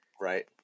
Right